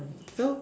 so